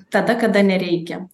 tada kada nereikia